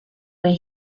where